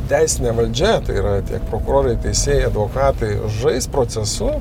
teisinė valdžia yra tiek prokurorai teisėjai advokatai žais procesu